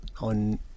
on